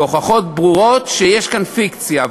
בהוכחות ברורות, שיש כאן פיקציה.